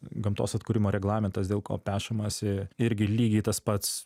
gamtos atkūrimo reglamentas dėl ko pešamasi irgi lygiai tas pats